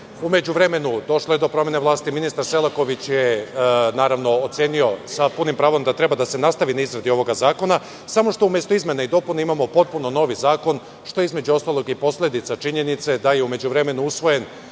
međuvremenu, došlo je do promene i ministar Selaković je ocenio sa punim pravom da treba da se nastavi na izradi ovog zakona, samo što umesto izmena i dopuna imamo potpuno novi zakon, što je posledica činjenice da je u međuvremenu usvojen